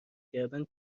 کردن